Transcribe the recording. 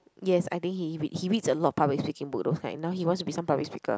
yes I think he he reads he reads a lot of public speaking books those kind now he wants to be some public speaker